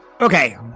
Okay